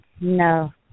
No